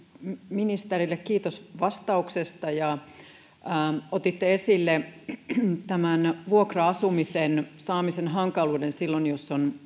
ministerille kiitos vastauksesta otitte esille tämän vuokra asunnon saamisen hankaluuden silloin jos on